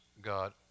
God